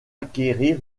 acquérir